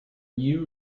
you